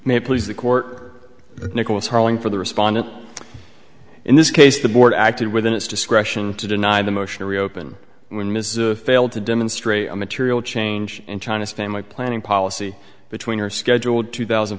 may please the court nicholas harling for the respondent in this case the board acted within its discretion to deny the motion to reopen when ms a failed to demonstrate a material change in china's family planning policy between her scheduled two thousand